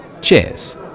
Cheers